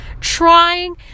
trying